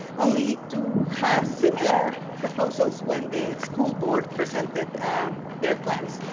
only to have similar proposals when the school board presented their plans.